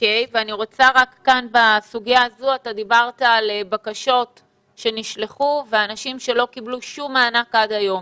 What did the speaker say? אתה דיברת על בקשות שנשלחו ואנשים שלא קיבלו כל מענק עד היום.